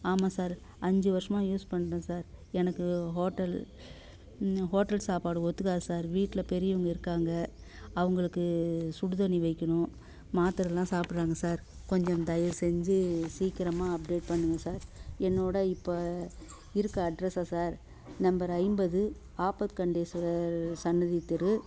ஆமாம் சார் அஞ்சு வருஷமாக யூஸ் பண்ணுறேன் சார் எனக்கு ஹோட்டலு ஹோட்டல் சாப்பாடு ஒத்துக்காது சார் வீட்டில் பெரியவங்க இருக்காங்க அவங்களுக்கு சுடுதண்ணி வைக்கணும் மாத்திரைலாம் சாப்பிடுறாங்க சார் கொஞ்சம் தயவுசெஞ்சு சீக்கிரமாக அப்டேட் பண்ணுங்கள் சார் என்னோடய இப்போ இருக்க அட்ரஸா சார் நம்பர் ஐம்பது ஆப்பக்கண்டீஸ்வரர் சன்னதி தெரு